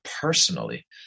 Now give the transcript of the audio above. personally